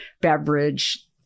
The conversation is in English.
beverage